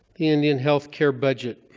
the indian healthcare budget,